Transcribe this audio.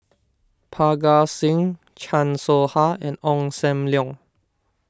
Parga Singh Chan Soh Ha and Ong Sam Leong